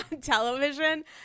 television